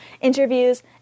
interviews